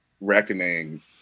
reckoning